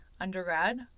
undergrad